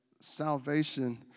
salvation